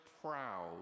proud